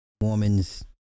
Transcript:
woman's